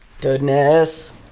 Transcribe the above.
Goodness